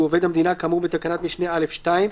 עובד המדינה כאמור בתקנת משנה (א)(2).